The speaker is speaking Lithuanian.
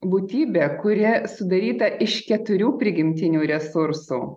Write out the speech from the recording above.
būtybė kuri sudaryta iš keturių prigimtinių resursų